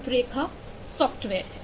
रूपरेखा सॉफ्टवेयर है